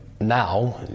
Now